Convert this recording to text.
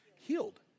healed